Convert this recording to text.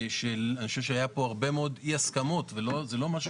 אני חושב שהיו פה הרבה מאוד אי הסכמות וזה לא משהו